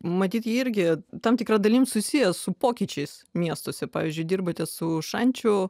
matyt jie irgi tam tikra dalim susiję su pokyčiais miestuose pavyzdžiui dirbate su šančių